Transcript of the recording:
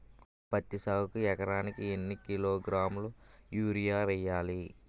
పత్తి సాగుకు ఎకరానికి ఎన్నికిలోగ్రాములా యూరియా వెయ్యాలి?